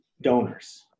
donors